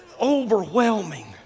overwhelming